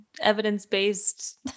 evidence-based